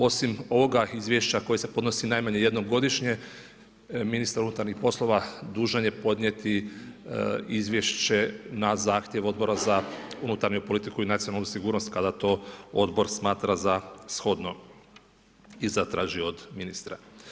Osim ovoga izvješća koje se podnosi najmanje jednom godišnje ministar unutarnjih poslova dužan je podnijeti izvješće na zahtjev Odbora za unutarnju politiku i nacionalnu sigurnost kada to odbor smatra za shodno i zatraži od ministra.